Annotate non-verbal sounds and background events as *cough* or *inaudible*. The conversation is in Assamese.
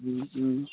*unintelligible* *unintelligible*